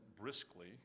briskly